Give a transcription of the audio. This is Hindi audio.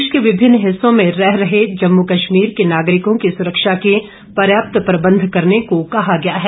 देश के विभिन्न हिस्सों में रह रहे जम्मू कश्मीर के नागरिकों की सुरक्षा के पर्याप्त प्रबंध करने को कहा गया है